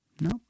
Nope